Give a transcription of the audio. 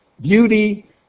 beauty